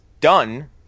done